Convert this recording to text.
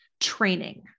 training